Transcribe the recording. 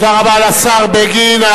תודה רבה לשר בגין.